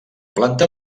planta